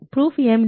proof ఏమిటి